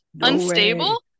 unstable